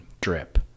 drip